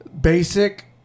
Basic